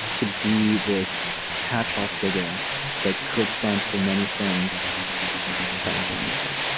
to be this catchall figure that could stand for many things simultaneously.